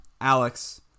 Alex